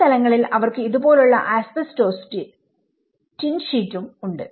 ചില സ്ഥലങ്ങളിൽ അവർക്ക് ഇത് പോലുള്ള ആസ്ബസ്റ്റോസും ടിൻ ഷീറ്റും ഉണ്ട്